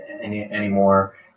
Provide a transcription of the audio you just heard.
anymore